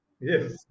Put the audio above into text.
Yes